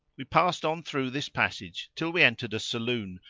we passed on through this passage till we entered a saloon,